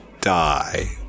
die